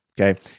Okay